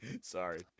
Sorry